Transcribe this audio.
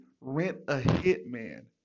Rent-A-Hitman